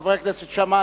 חבר הכנסת שאמה,